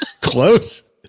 close